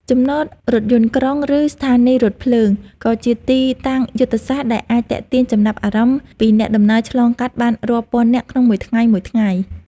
ចំណតរថយន្តក្រុង ឬស្ថានីយរថភ្លើង ក៏ជាទីតាំងយុទ្ធសាស្ត្រដែលអាចទាក់ទាញចំណាប់អារម្មណ៍ពីអ្នកដំណើរឆ្លងកាត់បានរាប់ពាន់នាក់ក្នុងមួយថ្ងៃៗ។